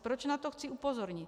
Proč na to chci upozornit?